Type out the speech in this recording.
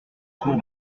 tour